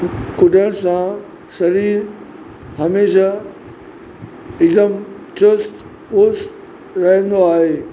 कुॾण सां शरीरु हमेशा हिकदमि चुस्त पुस्त रहंदो आहे